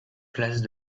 place